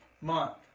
Month